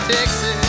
Texas